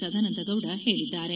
ಸದಾನಂದ ಗೌಡ ಹೇಳಿದ್ದಾರೆ